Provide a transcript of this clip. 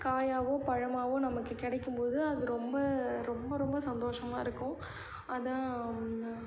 காயாகவோ பழமாகவோ நமக்கு கிடைக்கும் போது அது ரொம்ப ரொம்ப ரொம்ப சந்தோஷமாக இருக்கும் அதுதான்